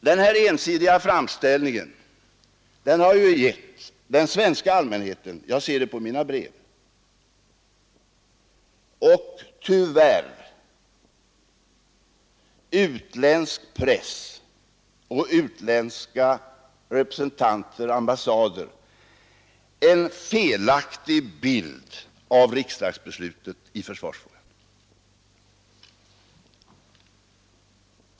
Denna ensidiga framställning har givit den svenska allmänheten — det ser jag på breven till mig — och tyvärr också utländsk press och utländska representanter och ambassader en felaktig bild av riksdagsbeslutet i försvarsfrågan.